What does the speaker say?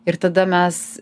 ir tada mes